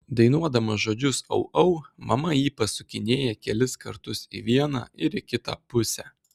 dainuodama žodžius au au mama jį pasukinėja kelis kartus į vieną ir į kitą pusę